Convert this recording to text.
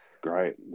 great